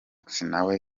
tuzaba